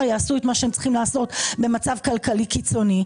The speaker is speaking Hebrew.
יעשו את מה שהם צריכים לעשות במצב כלכלי קיצוני,